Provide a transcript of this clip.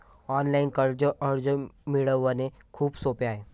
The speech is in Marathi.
ऑनलाइन कर्ज अर्ज मिळवणे खूप सोपे आहे